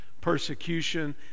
persecution